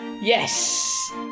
Yes